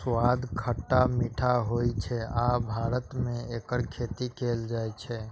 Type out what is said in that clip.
स्वाद खट्टा मीठा होइ छै आ भारत मे एकर खेती कैल जाइ छै